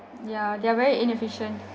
ya they are very inefficient